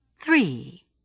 Three